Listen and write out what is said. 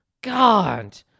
God